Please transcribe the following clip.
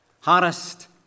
harassed